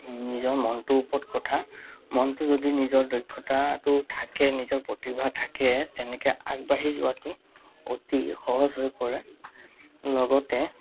নিজৰ মনটোৰ ওপৰত কথা মনটো যদি নিজৰ দক্ষতাটো থাকে নিজৰ প্ৰতিভা থাকে তেনেকৈ আগবাঢ়ি যোৱাটো অতি সহজ হৈ পৰে লগতে